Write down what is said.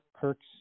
Kirk's